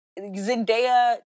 Zendaya